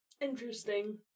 Interesting